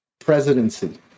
presidency